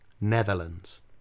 Netherlands